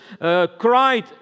cried